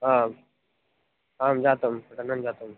आम् आं जातं पठनं जातम्